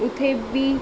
उते बि